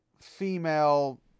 female